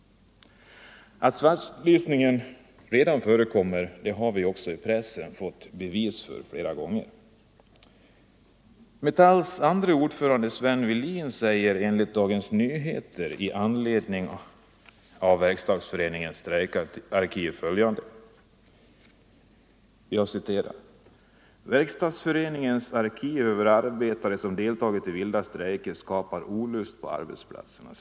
Att svartlistning redan förekommer har vi också flera gånger fått bevisat genom uppgifter i pressen. Metalls andre ordförande Sven Wehlin säger enligt Dagens Nyheter av den 6 september i år med anledning av Verkstadsföreningens strejkarkiv att Verkstadsföreningens arkiv över arbetare som deltagit i vilda strejker skapar olust på arbetsplatserna.